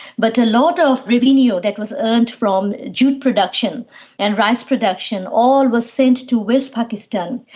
but a lot of revenue that was earned from jute production and rice production, all was sent to west pakistan.